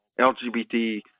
LGBT